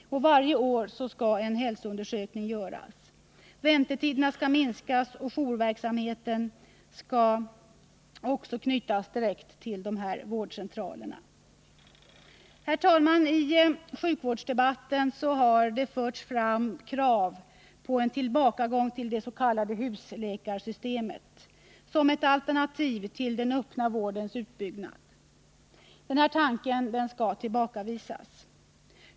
Varje år skall en hälsoundersökning göras. Väntetiderna skall minskas, och jourverksamheten skall också knytas direkt till centralerna. Herr talman! I sjukvårdsdebatten har det förts fram krav på en 131 tillbakagång till det s.k. husläkarsystemet som ett alternativ till den öppna vårdens utbyggnad. Denna tanke skall tillbakavisas.